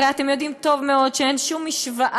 הרי אתם יודעים טוב מאוד שאין שום משוואה,